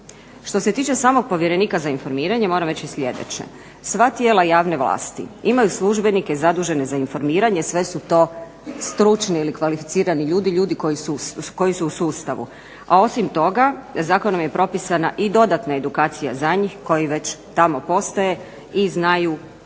Što se tiče samog povjerenika za informiranje moram reći sljedeće, sva tijela javne vlasti imaju službenike zadužene za informiranje. Sve su to stručni i kvalificirani ljudi, ljudi koji su u sustavu, a osim toga zakonom je propisana edukacija za njih koji već tamo postoje i znaju o čemu se